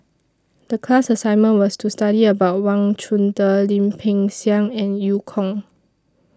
The class assignment was to study about Wang Chunde Lim Peng Siang and EU Kong